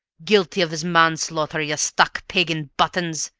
guilty of his manslaughter, you stuck pig in buttons!